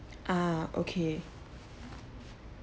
ah okay